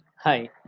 Hi